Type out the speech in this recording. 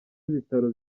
b’ibitaro